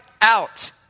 out